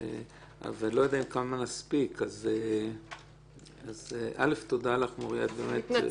אני לא יודע כמה נספיק אז תודה לך מוריה, באמת.